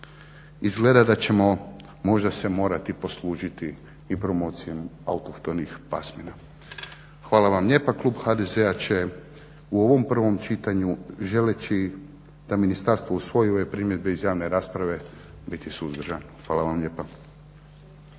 Izgleda da ćemo možda se morati poslužiti i promocijom autohtonih pasmina. Hvala vam lijepa, klub HDZ-e će u ovom prvom čitanju želeći da ministarstvo usvoji ove primjedbe iz javne rasprave biti suzdržan. Hvala vam lijepa.